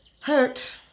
Hurt